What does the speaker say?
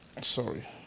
sorry